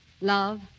Love